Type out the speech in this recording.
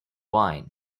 wine